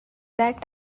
that